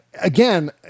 Again